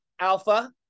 alpha